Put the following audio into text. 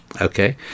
Okay